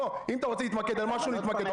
בוא, אם אתה רוצה להתמקד על משהו, נתמקד.